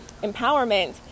empowerment